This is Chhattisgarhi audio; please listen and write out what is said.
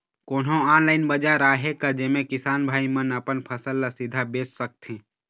कोन्हो ऑनलाइन बाजार आहे का जेमे किसान भाई मन अपन फसल ला सीधा बेच सकथें?